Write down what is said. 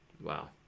Wow